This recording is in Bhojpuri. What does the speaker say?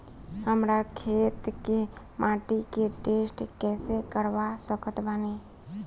हमरा खेत के माटी के टेस्ट कैसे करवा सकत बानी?